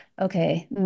okay